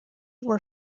were